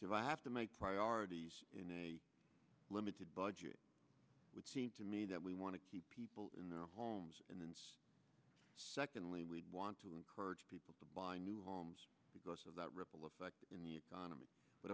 if i have to make priorities in a limited budget which seems to me that we want to keep people in their homes and then secondly we want to encourage people to buy new homes because of that ripple effect in the economy but